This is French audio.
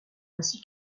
ainsi